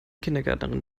kindergärtnerin